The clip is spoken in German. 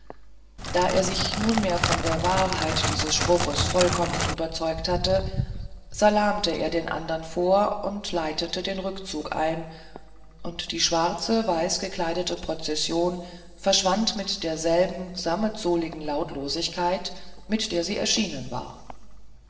da er sich nunmehr von der wahrheit dieses spruches vollkommen überzeugt hatte salamte er den anderen vor und leitete den rückzug ein und die schwarze weißgekleidete prozession verschwand mit derselben sammetsohligen geräuschlosigkeit mit der sie erschienen war